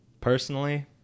personally